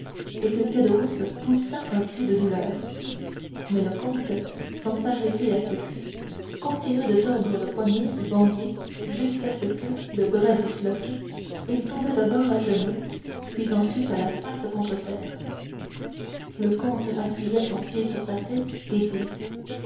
et que caderousse poussa un cri de douleur mais le comte sans s'arrêter à ce cri continua de tordre le poignet du bandit jusqu'à ce que le bras disloqué il tombât d'abord à genoux puis ensuite la face contre terre le comte appuya son pied sur sa tête et dit